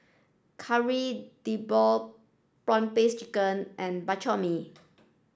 Kari Debal prawn paste chicken and Bak Chor Mee